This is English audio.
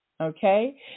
Okay